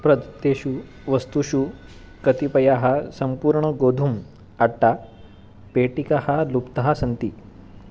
प्रदत्तेषु वस्तुषु कतिपयाः सम्पूर्णगोधुम् अट्टा पेटिकः लुप्तः सन्ति